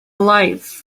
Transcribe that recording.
life